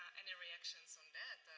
and reactions on that?